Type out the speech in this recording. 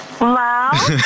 Wow